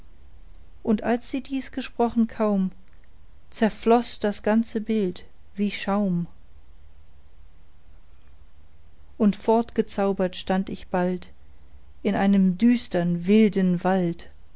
und als sie dies gesprochen kaum zerfloß das ganze bild wie schaum und fortgezaubert stand ich bald in einem düstern wilden wald